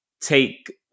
take